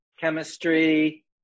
chemistry